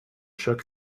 shook